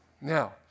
Now